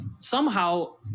somehow-